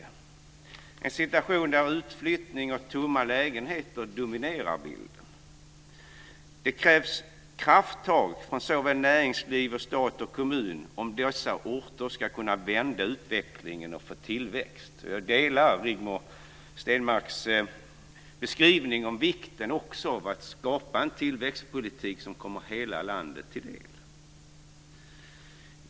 Det är en situation där utflyttning och tomma lägenheten dominerar bilden. Det krävs krafttag från såväl näringsliv som stat och kommun om dessa orter ska kunna vända utvecklingen och få tillväxt. Jag delar Rigmor Stenmarks beskrivning av vikten av skapa en tillväxtpolitik som kommer hela landet till del.